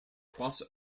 cross